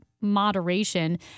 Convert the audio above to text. moderation